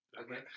Okay